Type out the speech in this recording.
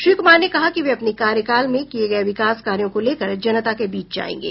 श्री कुमार ने कहा कि वे अपने कार्यकाल में किये गये विकास कार्यों को लेकर जनता के बीच जायेंगे